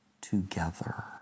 together